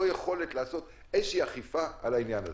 יכולת לעשות איזושהי אכיפה על העניין הזה.